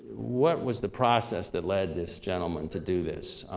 what was the process that led this gentleman to do this?